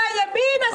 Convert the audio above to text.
כימני אוי ואבוי.